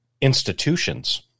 institutions